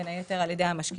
בין היתר על ידי המשקיעים.